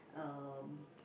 um